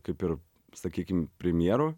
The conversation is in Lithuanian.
kaip ir sakykim premjerą